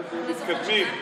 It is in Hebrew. מאוד מתקדמים.